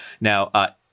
now